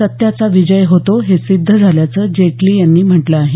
सत्याचा विजय होतो हे सिद्ध झाल्याचं जेटली यांनी म्हटलं आहे